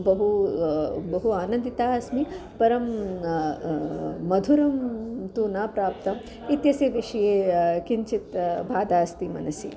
बहु बहु आनन्दिता अस्मि परं मधुरं तु न प्राप्तम् इत्यस्य विषये किञ्चित् बाधा अस्ति मनसि